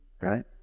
Right